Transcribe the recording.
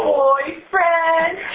boyfriend